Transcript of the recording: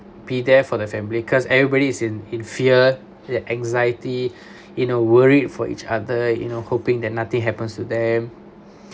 be there for the family cause everybody is in in fear and anxiety in a worried for each other you know hoping that nothing happens to them